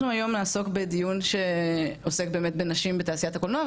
אנחנו היום נעסוק בדיון שעוסק באמת בנשים בתעשיית הקולנוע.